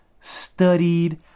studied